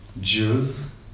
Jews